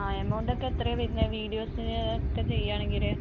ആ എമൗണ്ടക്കെ എത്രയാണ് വരുന്നത് വീഡിയോസിന് ഒക്കെ ചെയ്യാണെങ്കിൽ